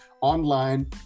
online